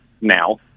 now